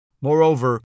Moreover